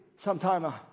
Sometime